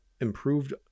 improved